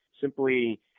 simply